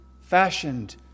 fashioned